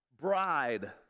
bride